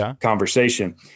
conversation